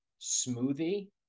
smoothie